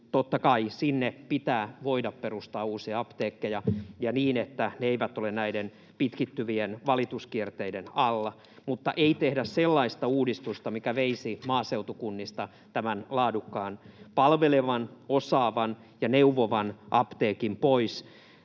totta kai sinne pitää voida perustaa uusia apteekkeja ja niin, että ne eivät ole pitkittyvien valituskierteiden alla. Mutta ei tehdä sellaista uudistusta, mikä veisi maaseutukunnista laadukkaan palvelevan, osaavan ja neuvovan apteekin pois.